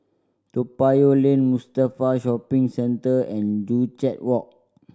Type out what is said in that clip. Toa Payoh Lane Mustafa Shopping Centre and Joo Chiat Walk